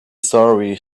sorry